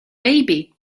baby